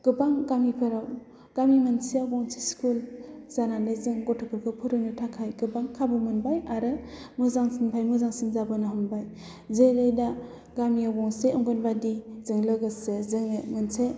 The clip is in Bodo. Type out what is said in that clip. गोबां गामिफोराव गामि मोनसेयाव गंसे स्खुल जानानै जों गथ'फोरखौ फोरोंनो थाखाय गोबां खाबु मोनबाय आरो मोजांनिफ्राय मोजांसिन जाबोनो हमबाय जेरै दा गामियाव मोनसे अंगनाबादिजों लोगोसे जोंनि मोनसे